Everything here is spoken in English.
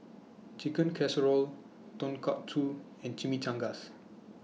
Chicken Casserole Tonkatsu and Chimichangas